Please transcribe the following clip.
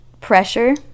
pressure